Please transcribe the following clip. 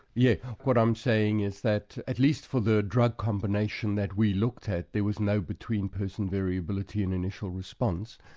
yeah what i'm saying is that at least for the drug combination that we looked at, there was no between-person variability in initial response.